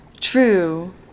True